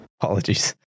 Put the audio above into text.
apologies